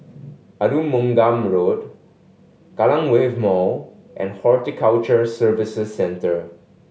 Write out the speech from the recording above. Arumugam Road Kallang Wave Mall and Horticulture Services Centre